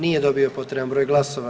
Nije dobio potreban broj glasova.